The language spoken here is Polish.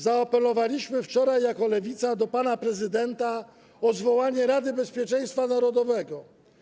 Zaapelowaliśmy wczoraj jako Lewica do pana prezydenta o zwołanie Rady Bezpieczeństwa Narodowego.